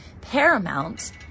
paramount